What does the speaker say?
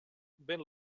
ven